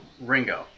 Ringo